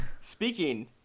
speaking